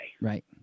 Right